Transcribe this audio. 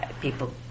people